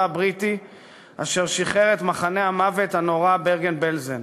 הבריטי אשר שחרר את מחנה המוות הנורא ברגן-בלזן.